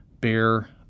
bear